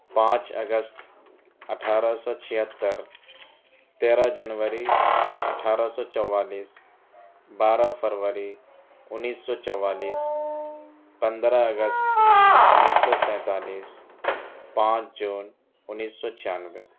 پانچ اگست اٹھارہ سو چھیتر تیرہ جنوری اٹھارہ سو چوالیس بارہ فروری انیس سو چوالیس پندرہ اگست انیس سو سینتالیس پانچ جون انیس سو چھیانوے